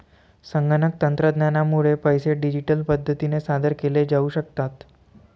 संगणक तंत्रज्ञानामुळे पैसे डिजिटल पद्धतीने सादर केले जाऊ शकतात